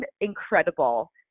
incredible